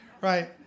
right